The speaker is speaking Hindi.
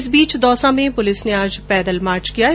इस बीच दौसा में पुलिस ने आज पैदल मार्च निकाला